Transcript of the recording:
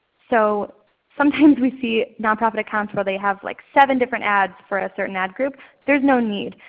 so sometimes we see nonprofit accounts where they have like seven different ads for a certain ad group. there's no need.